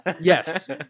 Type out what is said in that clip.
Yes